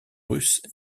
russe